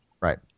Right